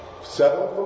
Seven